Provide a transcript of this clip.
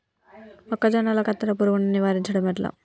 మొక్కజొన్నల కత్తెర పురుగుని నివారించడం ఎట్లా?